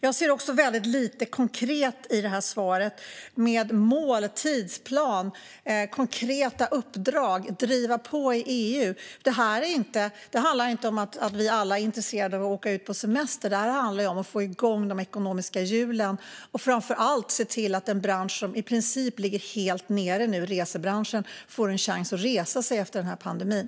Jag ser också väldigt lite konkret i detta svar vad gäller mål, tidsplan, uppdrag och att driva på i EU. Det handlar inte om att vi alla är intresserade av att åka ut på semester utan om att få igång de ekonomiska hjulen - och framför allt om att ge en bransch som i princip ligger helt nere nu, resebranschen, en chans att resa sig efter pandemin.